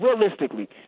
realistically